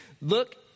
look